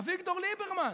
אביגדור ליברמן.